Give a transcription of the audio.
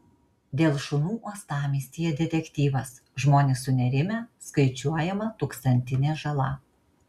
dėl šunų uostamiestyje detektyvas žmonės sunerimę skaičiuojama tūkstantinė žala